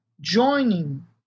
joining